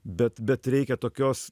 bet bet reikia tokios